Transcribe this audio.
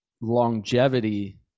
longevity